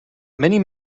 many